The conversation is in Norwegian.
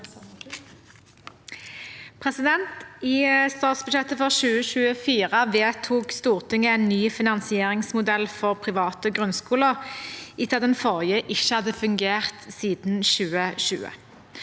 I statsbud- sjettet for 2024 vedtok Stortinget ny finansieringsmodell for private grunnskoler, etter at den forrige ikke hadde fungert siden 2020.